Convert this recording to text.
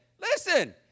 listen